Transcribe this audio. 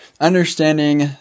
understanding